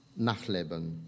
Nachleben